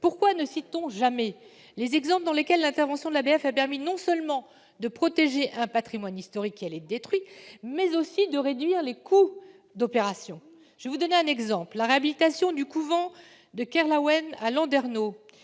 Pourquoi ne cite-t-on jamais les cas dans lesquels l'intervention de l'ABF a permis non seulement de protéger un patrimoine historique qui allait être détruit, mais aussi de réduire les coûts d'opération ? Permettez-moi de vous donner un exemple : la réhabilitation du couvent de Kerlaouen, à Landerneau,